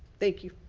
thank you.